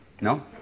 No